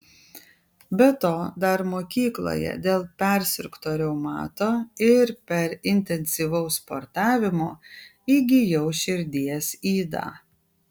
be to dar mokykloje dėl persirgto reumato ir per intensyvaus sportavimo įgijau širdies ydą